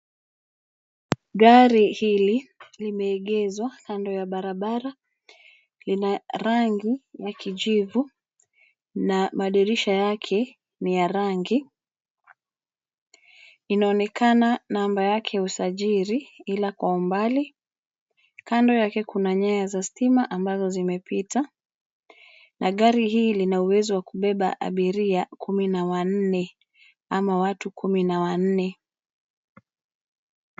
Gari hili limeegezwa kando ya barabara. Lina rangi ya kijivu na madirisha yake ni ya rangi. Inaonekana namba yake ya usajili ila kwa umbali. Kando yake kuna nyaya za stima ambazo zimepita. Na gari hili lina uwezo wa kubeba abiria kumi na wanne ama watu kumi na wanne.